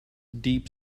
deep